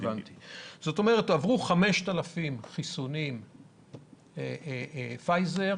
עברו 5,000 חיסונים של פייזר,